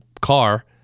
car